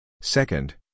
Second